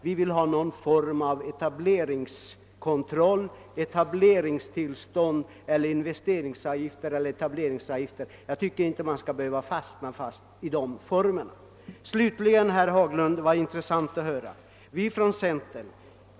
Vi vill ha någon form av etableringskontroll, etableringstillstånd, investeringsavgifter eller etableringsavgifter. Vi vill att man inte skall begränsa sig till endast etableringsanmälan. Jag vill slutligen säga till herr Haglund att det var intressant att höra hans resonemang om socialism.